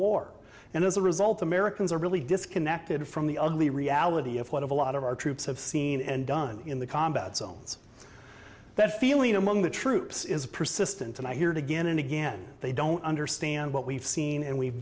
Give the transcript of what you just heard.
war and as a result americans are really disconnected from the ugly reality of what of a lot of our troops have seen and done in the combat zones that feeling among the troops is persistent and i hear it again and again they don't understand what we've seen and we've